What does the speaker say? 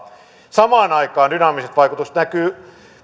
samaan aikaan dynaamiset vaikutukset näkyvät